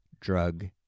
drug